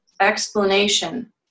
explanation